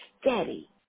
steady